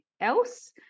else